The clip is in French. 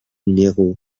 numéro